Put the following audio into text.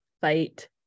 fight